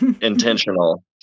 intentional